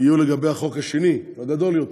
יהיו לגבי החוק השני, הגדול יותר.